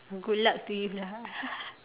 oh good luck to you lah